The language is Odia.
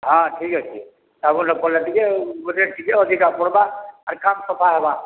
ହଁ ଠିକ୍ ଅଛେ ସାଗୁନ୍ ଟା ପଡ଼ଲେ ଟିକେ ରେଟ୍ ଟିକେ ଅଧିକା ପଡ଼ବା ଆର୍ କାମ୍ ସଫା ହେବା